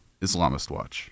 Islamistwatch